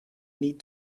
need